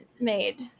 made